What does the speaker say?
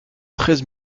treize